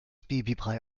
babybrei